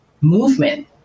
movement